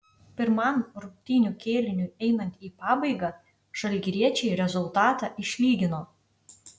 pirmam rungtynių kėliniui einant į pabaigą žalgiriečiai rezultatą išlygino